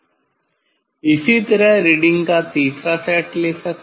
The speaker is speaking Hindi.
इसी तरह रीडिंग का तीसरा सेट ले सकते हैं